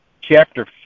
chapter